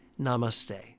Namaste